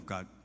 God